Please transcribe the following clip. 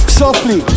softly